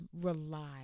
Rely